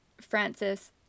Francis